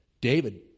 David